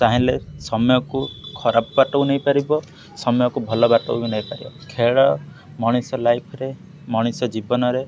ଚାହିଁଲେ ସମୟକୁ ଖରାପ ବାଟକୁ ନେଇପାରିବ ସମୟକୁ ଭଲ ବାଟକୁ ନେଇପାରିବ ଖେଳ ମଣିଷ ଲାଇଫରେ ମଣିଷ ଜୀବନରେ